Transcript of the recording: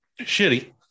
shitty